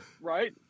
right